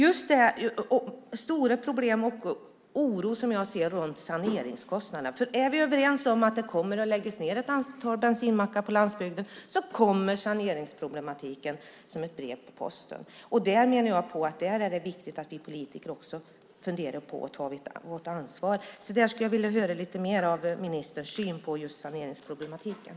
Det är stora problem och stor oro när det gäller saneringskostnaderna. Om vi är överens om att det kommer att läggas ned ett antal bensinmackar på landsbygden kommer saneringsproblemet som ett brev på posten. Där är det viktigt att vi politiker tar vårt ansvar. Jag skulle vilja höra lite mer om ministerns syn på saneringsproblematiken.